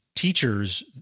Teachers